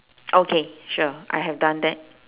okay sure I have done that